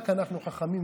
רק אנחנו חכמים,